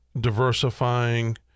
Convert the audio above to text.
diversifying